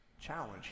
challenge